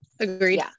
Agreed